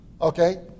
Okay